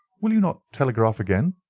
will you not telegraph again?